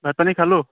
ভাত পানী খালোঁ